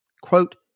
quote